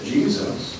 Jesus